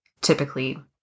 typically